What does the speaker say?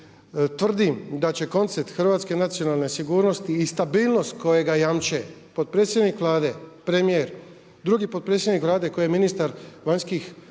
Tvrdim da će koncept hrvatske nacionalne sigurnosti i stabilnost kojega jamče potpredsjednik Vlade, premijer, drugi potpredsjednik Vlade koji je ministar vanjskih